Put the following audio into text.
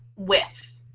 with,